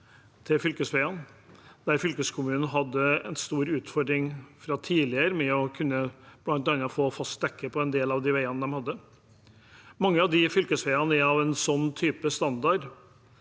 Fylkeskommunen hadde en stor utfordring fra tidligere med bl.a. å kunne få fast dekke på en del av de veiene en hadde. Mange av de fylkesveiene er av en sånn standard